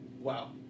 wow